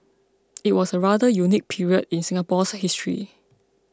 it was a rather unique period in Singapore's history